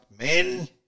men